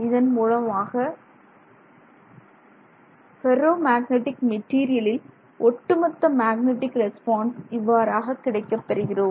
இதன் மூலமாக ஃபெர்ரோமேக்னெட்டிக் மெட்டீரியலில் ஒட்டுமொத்த மேக்னெட்டிக் ரெஸ்பான்ஸ் இவ்வாறாக கிடைக்கப் பெறுகிறோம்